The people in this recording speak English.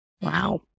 Wow